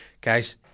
Guys